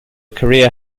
career